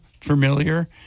familiar